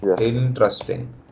Interesting